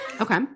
Okay